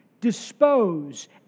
dispose